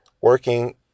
working